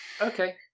okay